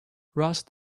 rust